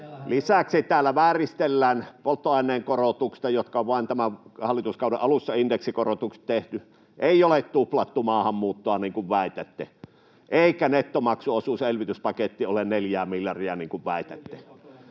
Lisäksi täällä vääristellään polttoaineveron korotuksia, jotka ovat vain tämän hallituskauden alussa tehtyjä indeksikorotuksia. Ei ole tuplattu maahanmuuttoa, niin kuin väitätte, eikä nettomaksuosuuselvytyspaketti ole 4:ää miljardia, niin kuin väitätte.